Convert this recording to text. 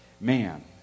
man